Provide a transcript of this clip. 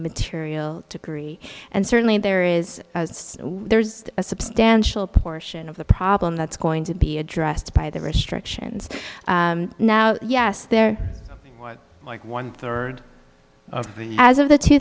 material to carry and certainly there is there's a substantial portion of the problem that's going to be addressed by the restrictions now yes they're like one third as of the two